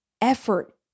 effort